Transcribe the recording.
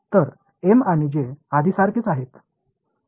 तर एम आणि जे आधीसारखेच आहेत